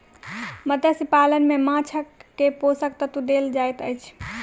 मत्स्य पालन में माँछ के पोषक तत्व देल जाइत अछि